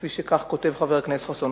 כפי שכותב חבר הכנסת חסון.